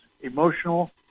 emotional